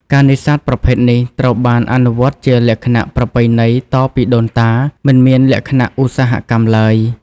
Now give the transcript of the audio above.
ការនេសាទប្រភេទនេះត្រូវបានអនុវត្តជាលក្ខណៈ ប្រពៃណីតពីដូនតា មិនមានលក្ខណៈឧស្សាហកម្មឡើយ។